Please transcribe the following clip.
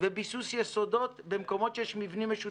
וביסוס יסודות במקומות שיש מבנים משותפים.